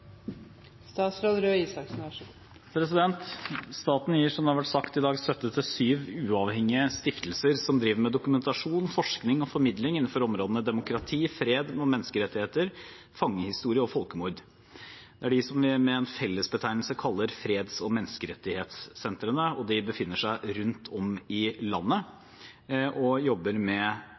Staten gir, som det har vært sagt i dag, støtte til syv uavhengige stiftelser som driver med dokumentasjon, forskning og formidling innenfor områdene demokrati, fred, menneskerettigheter, fangehistorie og folkemord. Det er dem vi med en fellesbetegnelse kaller freds- og menneskerettighetssentrene, og de befinner seg rundt om i landet og jobber med